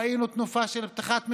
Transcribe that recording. ראינו תנופה של פתיחת מסעדות,